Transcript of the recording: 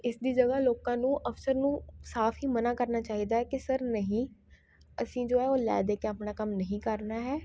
ਇਸ ਦੀ ਜਗ੍ਹਾ ਲੋਕਾਂ ਨੂੰ ਅਫ਼ਸਰ ਨੂੰ ਸਾਫ਼ ਹੀ ਮਨ੍ਹਾ ਕਰਨਾ ਚਾਹੀਦਾ ਹੈ ਕਿ ਸਰ ਨਹੀਂ ਅਸੀਂ ਜੋ ਹੈ ਉਹ ਲੈ ਦੇ ਕੇ ਆਪਣਾ ਕੰਮ ਨਹੀਂ ਕਰਨਾ ਹੈ